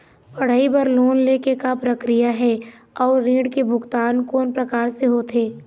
पढ़ई बर लोन ले के का प्रक्रिया हे, अउ ऋण के भुगतान कोन प्रकार से होथे?